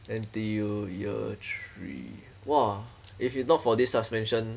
N_T_U year three !wah! if it's not for this suspension